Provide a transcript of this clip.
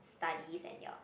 studies and your